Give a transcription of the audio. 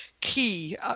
key